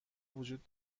وجود